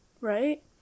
Right